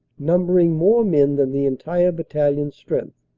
numbering more men than the entire battalion strength.